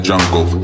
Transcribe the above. Jungle